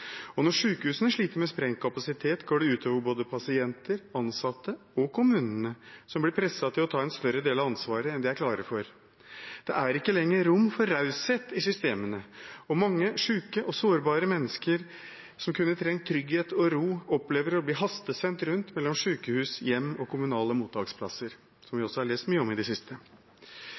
Norge. Når sykehusene sliter med sprengt kapasitet, går det ut over både pasienter, ansatte og kommunene, som blir presset til å ta en større del av ansvaret enn de er klare for. Det er ikke lenger rom for raushet i systemene, og mange syke og sårbare mennesker som kunne trengt trygghet og ro, opplever å bli hastesendt mellom sykehus, hjem og kommunale mottaksplasser, noe vi også har lest mye om i det siste. Kommunene på sin side strever med å gjennomføre alle de